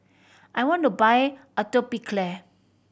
I want to buy Atopiclair